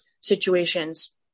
situations